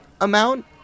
amount